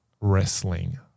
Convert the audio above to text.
Wrestling